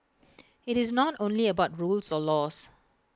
IT is not only about rules or laws